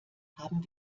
haben